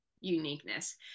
uniqueness